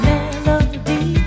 Melody